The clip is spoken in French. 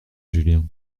julien